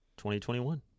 2021